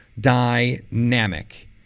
dynamic